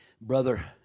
Brother